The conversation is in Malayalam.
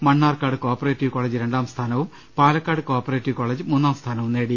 മണ്ണാർക്കാട് കോ ഓപറേറ്റീവ് കോളേജ് രണ്ടാം സ്ഥാനവും പാലക്കാട് കോ ഓപറേറ്റീവ് കോളേജ് മൂന്നാം സ്ഥാനവും നേടി